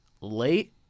late